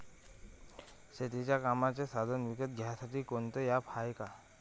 शेतीच्या कामाचे साधनं विकत घ्यासाठी कोनतं ॲप हाये का?